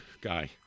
guy